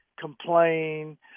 complain